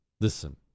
Listen